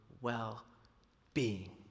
well-being